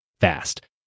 fast